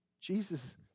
Jesus